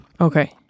Okay